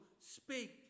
speak